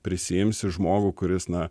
prisiimsi žmogų kuris na